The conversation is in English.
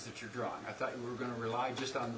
that you're drawing i thought you were going to rely just on the